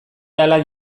hala